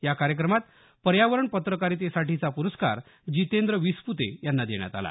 या कार्यक्रमात पर्यावरण पत्रकारितेसाठीचा पुरस्कार जितेंद्र विसपुते यांना देण्यात आला